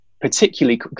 particularly